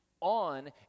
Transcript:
on